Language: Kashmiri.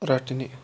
رَٹنہِ